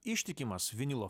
ištikimas vinilo